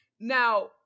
Now